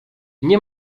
nie